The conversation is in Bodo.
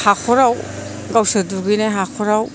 हाख'राव गावसोर दुगैनाय हाख'राव